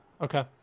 Okay